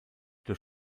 der